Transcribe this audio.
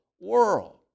world